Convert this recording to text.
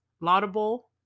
laudable